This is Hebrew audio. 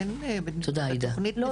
אין בתוכנית נפגעי אלימות --- עאידה, תודה.